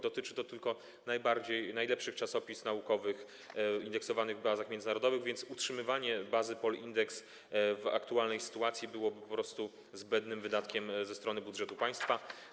Dotyczy to tylko najlepszych czasopism naukowych indeksowanych w bazach międzynarodowych, więc utrzymywanie bazy POL-index w aktualnej sytuacji byłoby po prostu zbędnym wydatkiem ze strony budżetu państwa.